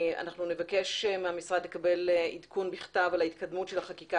אנחנו מבקש מהמשרד לקבל עדכון בכתב על התקדמות החקיקה